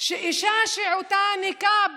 אישה שעוטה ניקאב